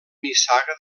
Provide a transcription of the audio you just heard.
nissaga